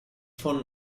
phone